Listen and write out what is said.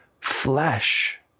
flesh